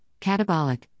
catabolic